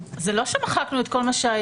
זה לא שמחקנו את כל מה שהיה.